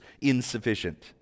insufficient